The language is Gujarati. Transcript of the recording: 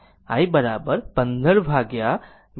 તેથી i 15 ભાગ્યા 20 10 છે જે 30 છે